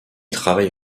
travaille